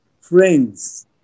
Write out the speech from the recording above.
friends